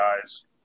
guys